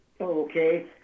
Okay